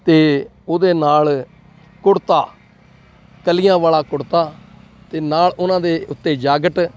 ਅਤੇ ਉਹਦੇ ਨਾਲ ਕੁੜਤਾ ਕਲੀਆਂ ਵਾਲਾ ਕੁੜਤਾ ਅਤੇ ਨਾਲ ਉਹਨਾਂ ਦੇ ਉੱਤੇ ਜਾਕਟ